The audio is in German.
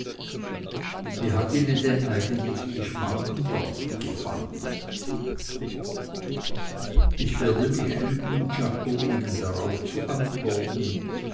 wie hat ihnen denn eigentlich die schmargendorf gefallen ich werde mich hüten czako ihnen darauf zu antworten